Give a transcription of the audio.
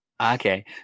Okay